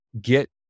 Get